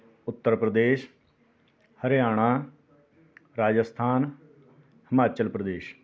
Uttar Pradesh Haryana Rajasthan Himachal Pradesh